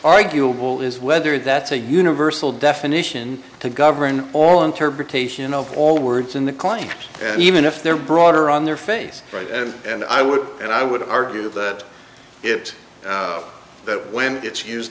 arguable is whether that's a universal definition to govern all interpretation of all words in the claim and even if they're broader on their face right and i would and i would argue that it that when it's used